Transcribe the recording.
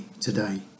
today